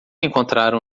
encontraram